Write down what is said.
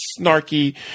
snarky